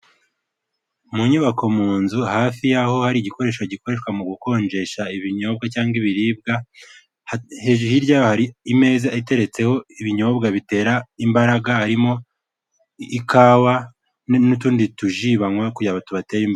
Mu nyubako mu nzu hafi y'aho hari igikoresho gikoreshwa mu gukonjesha ibinyobwa cyangwa ibiribwa, hirya yaho hari imeza iteretseho ibinyobwa bitera imbaraga harimo ikawa n'utundi tuji banywa kugira tubatere imbaraga.